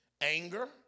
anger